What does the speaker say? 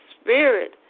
spirit